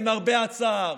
למרבה הצער,